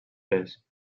pes